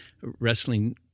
wrestling